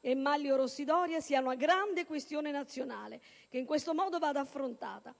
e Manlio Rossi Doria, sia una grande questione nazionale e che in questo modo vada affrontata.